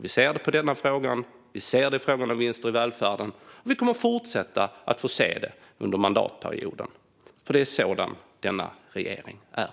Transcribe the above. Vi ser det i denna fråga och i frågan om vinster i välfärden, och vi kommer att fortsätta få se det under mandatperioden, för det är sådan denna regering är.